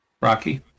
Rocky